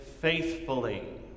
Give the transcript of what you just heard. faithfully